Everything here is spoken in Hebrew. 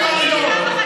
בגלל זה,